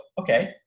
okay